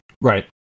Right